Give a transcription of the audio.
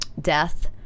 death